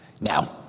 Now